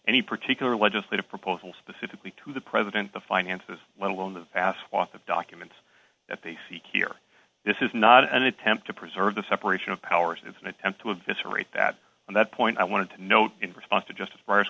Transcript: any particular legislative proposal specifically to the president the finances let alone the pass off of documents that they see here this is not an attempt to preserve the separation of powers it's an attempt to of history that and that point i wanted to note in response to just a